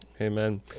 Amen